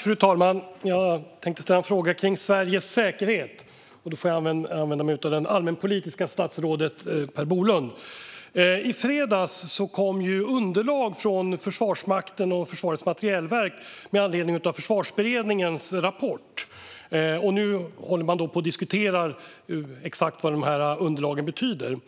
Fru talman! Jag tänkte ställa en fråga om Sveriges säkerhet, så jag får vända mig till statsrådet Per Bolund. I fredags kom ju underlag från Försvarsmakten och Försvarets materielverk med anledning av Försvarsberedningens rapport. Nu håller man på och diskuterar exakt vad dessa underlag betyder.